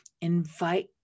invite